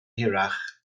hirach